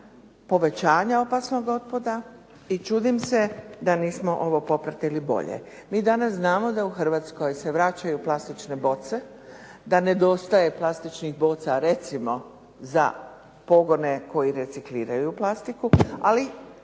povećanja opasnog otpada i čudim se da nismo ovo popratili bolje. Mi danas znamo da u Hrvatskoj se vraćaju plastične boce, da nedostaje plastičnih boca recimo za pogone koji recikliraju plastiku, ali